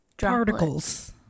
particles